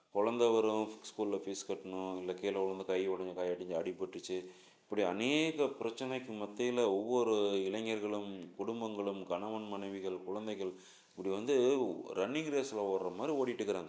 கொழந்த வரும் ஸ்கூலில் ஃபீஸ் கட்டணும் இல்லை கீழே உழுந்து கை ஒடைஞ்சி கால் ஒடைஞ்சி அடிப்பட்டுருச்சு இப்படி அநேக பிரச்சனைக்கு மத்தியில் ஒவ்வொரு இளைஞர்களும் குடும்பங்களும் கணவன் மனைவிகள் குழந்தைகள் இப்படி வந்து ரன்னிங் ரேஸில் ஓடுற மாதிரி ஓடிட்டுருக்குறாங்க